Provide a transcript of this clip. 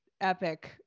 epic